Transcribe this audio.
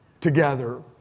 together